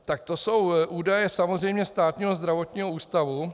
Tak to jsou údaje samozřejmě Státního zdravotního ústavu.